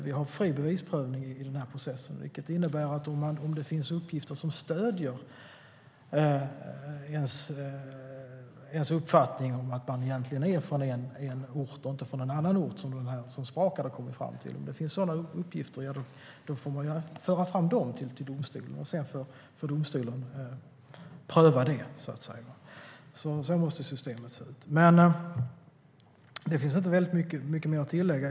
Det tillämpas fri bevisprövning i den här processen, vilket innebär att om det finns uppgifter som stöder att man egentligen är från en annan ort och inte från den ort som Sprakab har kommit fram till får man föra fram dessa uppgifter i domstolen, och sedan får den göra en prövning. Så måste systemet se ut. Det finns inte mycket mer att tillägga.